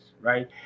Right